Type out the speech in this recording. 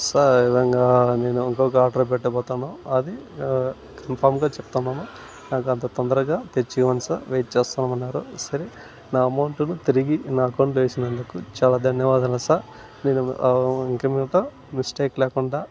sir ఈవిధంగా నేను ఇంకొక ఆర్డర్ పెట్టబోతాను అది కన్పామ్గా చెప్తున్నాను నాకు అంత తొందరగా తెచ్చి ఇవ్వండి సర్ వేట్ చేస్తా ఉన్నారు సరే నా అమౌంటును తిరిగి నా అకౌంటులో వేసినందుకు చాలా ధన్యవాదాలు సర్ నేను ఇంకమీదట మిస్టేక్ లేకుండా